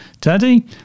Daddy